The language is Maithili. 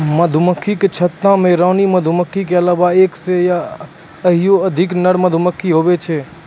मधुमक्खी के छत्ता मे एक रानी मधुमक्खी के अलावा एक सै या ओहिसे अधिक नर मधुमक्खी हुवै छै